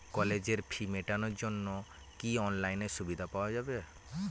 কলেজের ফি মেটানোর জন্য কি অনলাইনে সুবিধা পাওয়া যাবে?